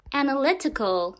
,analytical